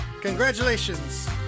Congratulations